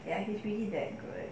ya he's really that good